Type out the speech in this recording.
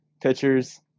pitchers